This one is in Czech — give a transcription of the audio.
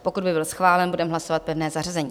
Pokud by byl schválen, budeme hlasovat pevné zařazení.